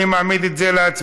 אני מעמיד את זה להצבעה.